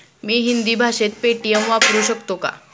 मी हिंदी भाषेत पेटीएम वापरू शकतो का?